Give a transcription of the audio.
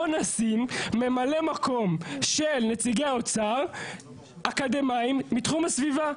בוא נשים ממלא מקום של נציגי האוצר אקדמאים מתחום הסביבה.